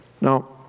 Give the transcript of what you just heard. Now